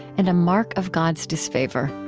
and a mark of god's disfavor.